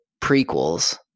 prequels